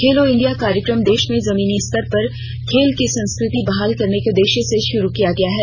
खेलो India कार्यक्रम देश में जमीनी स्तर पर खेल की संस्कृति बहाल करने के उद्देश्य से शुरू किया गया है